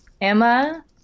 emma